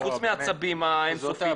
חוץ מהעצבים האינסופיים האלה.